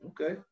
Okay